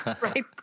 Right